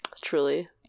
truly